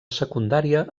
secundària